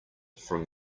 from